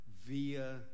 via